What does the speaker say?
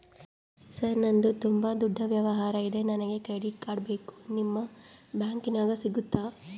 Sir ನಂದು ತುಂಬಾ ದೊಡ್ಡ ವ್ಯವಹಾರ ಇದೆ ನನಗೆ ಕ್ರೆಡಿಟ್ ಕಾರ್ಡ್ ಬೇಕು ನಿಮ್ಮ ಬ್ಯಾಂಕಿನ್ಯಾಗ ಸಿಗುತ್ತಾ?